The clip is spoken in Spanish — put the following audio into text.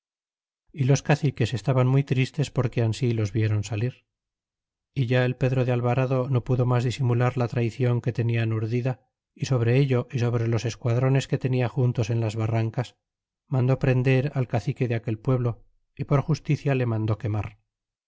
y los caciques estaban muy tristes porque ansi los vieron salir é ya el pedro de alvarado no pudo mas disimular la traicion que tenian urdida y sobre ello y sobre los esquadrones que tenia juntos en las barrancas mandó prender al cacique de aquel pueblo y por justicia le mandó quemar